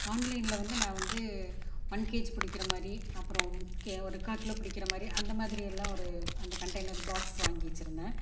ஆன்லைனில் வந்து நான் வந்து ஒன் கேஜி பிடிக்கிற மாதிரி அப்புறோம் கே ஒரு கால்கிலோ பிடிக்கிற மாதிரி அந்த மாதிரி எல்லாம் ஒரு அந்த கன்டெய்னர் பாக்ஸ் வாங்கி வெச்சுருந்தேன்